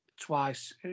twice